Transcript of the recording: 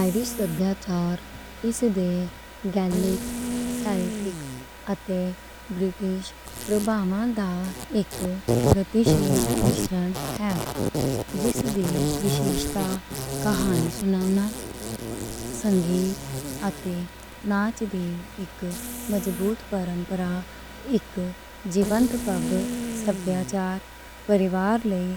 آئرش ثقافت گیلِک، سیلٹِک تے برِٹِش پرَبھاؤں دا اک مِشرن ہے، جس دی وِشیشتا کہانی۔ سنگیت اتے ناچ دی اک مضبوط پَراںپرا، اک جِوندہ پب ثقافت، پریوار لئی،